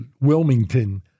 Wilmington